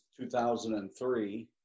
2003